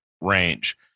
range